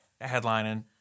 headlining